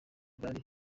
bari